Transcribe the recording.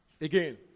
Again